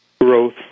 growth